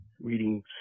reading